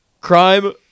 crime